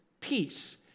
peace